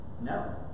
No